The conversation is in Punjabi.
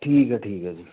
ਠੀਕ ਆ ਠੀਕ ਆ ਜੀ